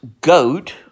goat